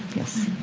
yes?